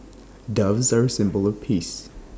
doves are A symbol of peace